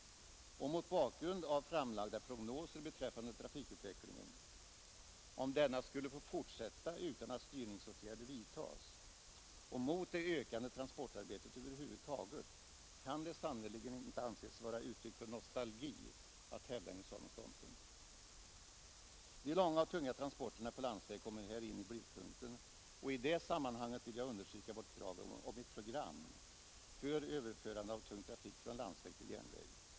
Och mot bakgrund av framlagda prognoser beträffande trafikutvecklingen, om denna skulle få fortsätta utan att styrningsåtgärder vidtas, och mot bakgrund av det ökande transportarbetet över huvud taget kan det sannerligen inte anses vara uttryck för nostalgi att hävda en sådan ståndpunkt. De långa och tunga transporterna på landsväg kommer här i blickpunkten, och i det sammanhanget vill jag understryka vårt krav på ett program för överförande av tung trafik från landsväg till järnväg.